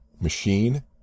Machine